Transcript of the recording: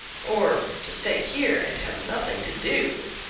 or to stay here and have nothing to do?